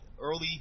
early